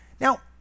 Now